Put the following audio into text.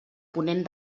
ponent